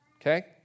okay